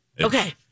Okay